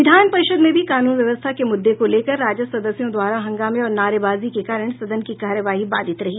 विधान परिषद में भी कानून व्यवस्था के मुद्दे को लेकर राजद सदस्यों द्वारा हंगामे और नारेबाजी के कारण सदन की कार्यवाही बाधित रही